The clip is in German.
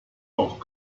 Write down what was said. auch